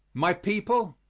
my people,